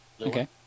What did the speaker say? Okay